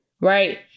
right